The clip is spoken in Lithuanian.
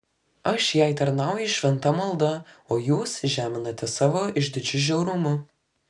aš jai tarnauju šventa malda o jūs žeminate savo išdidžiu žiaurumu